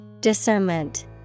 Discernment